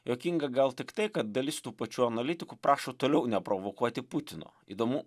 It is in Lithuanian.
juokinga gal tik tai kad dalis tų pačių analitikų prašo toliau neprovokuoti putino įdomu